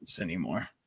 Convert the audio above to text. anymore